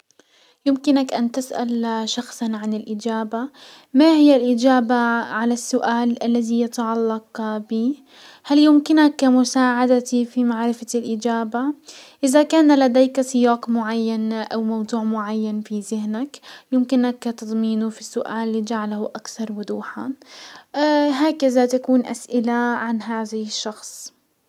يمكنك ان تسأل شخصا عن الاجابة، ما هي الاجابة على السؤال الذي يتعلق ب؟ هل يمكنك مساعدتي في معرفة الاجابة؟ ازا كان لديك سياق معين او موضوع معين في زهنك يمكنك تضمينه في السؤال لجعله اكثر وضوحا. هكزا تكون اسئلة عن هزه الشخص.